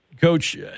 Coach